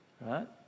right